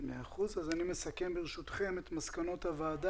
אני מסכם את הדיון.